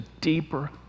deeper